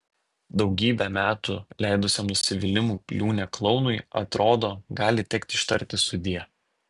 daugybę metų leidusiam nusivylimų liūne klounui atrodo gali tekti ištarti sudie